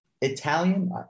Italian